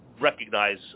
recognize